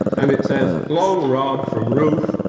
and it says long rod from roof,